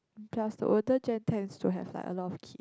plus the older gen tends to have like a lot of kids